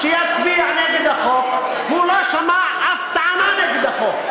שיצביע נגד החוק, והוא לא שמע אף טענה נגד החוק.